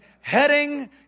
heading